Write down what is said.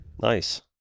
Nice